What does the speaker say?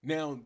Now